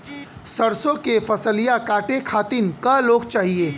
सरसो के फसलिया कांटे खातिन क लोग चाहिए?